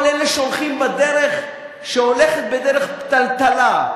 כל אלה שהולכים בדרך שהולכת בדרך טלטלה,